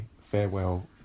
Farewell